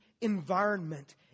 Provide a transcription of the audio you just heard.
environment